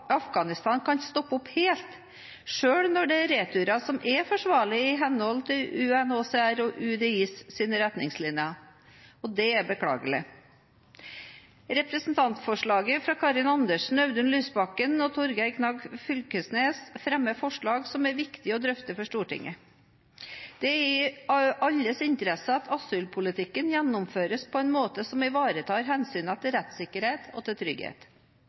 Afghanistan kan stoppe opp helt, selv når det er returer som er forsvarlige i henhold til UNHCRs og UDIs retningslinjer. Det er beklagelig. I representantforslaget fra Karin Andersen, Audun Lysbakken og Torgeir Knag Fylkesnes fremmes det forslag som er viktige å drøfte for Stortinget. Det er i alles interesse at asylpolitikken gjennomføres på en måte som ivaretar hensynene til rettssikkerhet og trygghet.